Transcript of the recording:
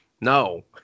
No